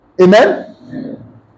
Amen